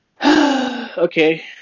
Okay